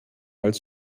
als